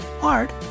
art